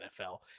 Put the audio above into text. NFL